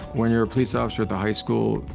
when you're a police officer at the high school,